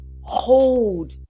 hold